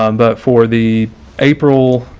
um but for the april,